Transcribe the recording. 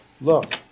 Look